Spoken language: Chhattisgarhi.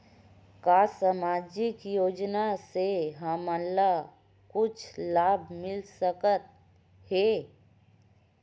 का सामाजिक योजना से हमन ला कुछु लाभ मिल सकत हे?